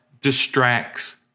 distracts